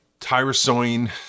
tyrosine